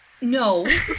No